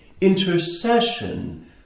Intercession